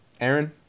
Aaron